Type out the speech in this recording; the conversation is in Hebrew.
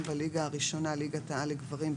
בליגה הראשונה (ליגת העל) לגברים,